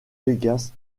vegas